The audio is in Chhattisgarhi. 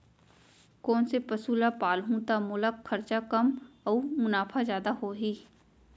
कोन से पसु ला पालहूँ त मोला खरचा कम अऊ मुनाफा जादा होही?